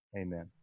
Amen